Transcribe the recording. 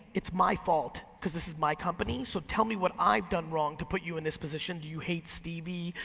it's my fault, cause this is my company, so tell me what i've done wrong to put you in this position. do you hate stevie,